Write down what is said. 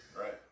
Right